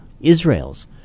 Israel's